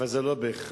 אבל זה לא בהכרח.